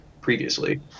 previously